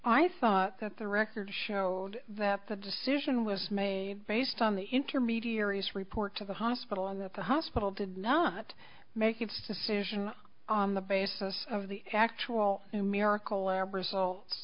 i thought that the records show that the decision was made based on the intermediaries report to the hospital and that the hospital did not make its decision on the basis of the actual and miracle lab results